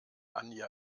anja